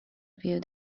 view